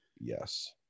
Yes